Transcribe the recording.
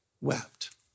wept